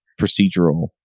procedural